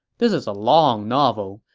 this is a long novel,